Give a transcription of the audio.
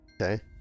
Okay